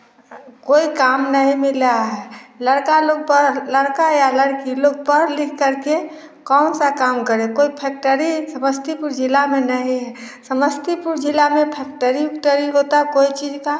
कोई काम नहीं मिला है लड़का लोग पर लड़का या लड़की लोग पढ़ लिख करके कौन सा काम करें कोई फैक्टरी समस्तीपुर जिला में नहीं समस्तीपुर जिला में फैक्टरी एक्टरी होता कोई चीज़ का